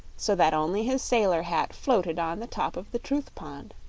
so that only his sailor hat floated on the top of the truth pond.